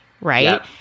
right